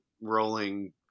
rolling